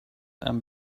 and